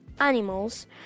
animals